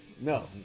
No